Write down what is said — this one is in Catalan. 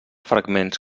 fragments